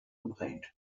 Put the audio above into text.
complained